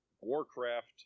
warcraft